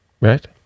right